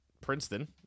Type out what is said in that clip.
Princeton